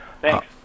Thanks